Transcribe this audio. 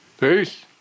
Peace